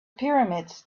pyramids